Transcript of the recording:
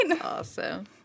awesome